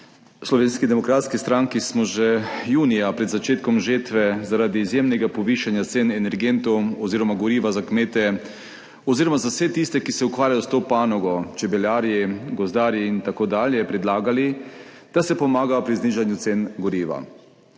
Slovenski demokratski stranki smo že junija pred začetkom žetve zaradi izjemnega povišanja cen energentov oziroma goriva za kmete oziroma za vse tiste, ki se ukvarjajo s to panogo, čebelarji, gozdarji in tako dalje, predlagali, da se pomaga pri znižanju cen goriva.